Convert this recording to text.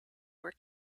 were